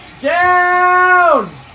Down